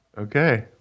Okay